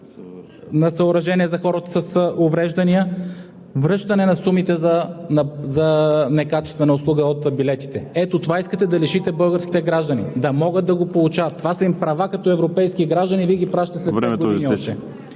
на съоръжения за хората с увреждания, връщане на сумите за некачествена услуга от билетите. Ето от това искате да лишите българските граждани да могат да го получават, това са им права като европейски граждани, Вие ги пращате след още 5 години.